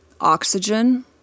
oxygen